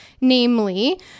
namely